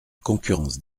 concurrence